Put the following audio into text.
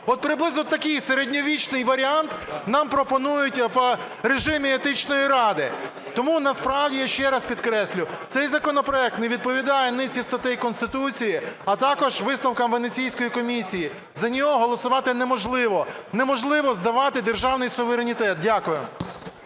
От приблизно такий середньовічний варіант нам пропонують в режимі Етичної ради. Тому насправді, я ще раз підкреслюю, цей законопроект не відповідає низці статей Конституції, а також висновкам Венеційської комісії, за нього голосувати неможливо, неможливо здавати державний суверенітет. Дякую.